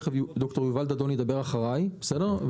תיכף ד"ר יובל דאדון ידבר אחריי ואתם